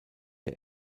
der